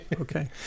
Okay